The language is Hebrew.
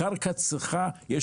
הקרקע צריכה להיקבע